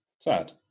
sad